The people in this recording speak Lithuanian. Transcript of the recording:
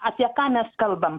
apie ką mes kalbam